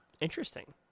Interesting